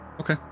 okay